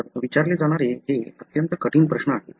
तर विचारले जाणारे हे अत्यंत कठीण प्रश्न आहे